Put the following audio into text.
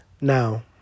Now